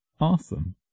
Awesome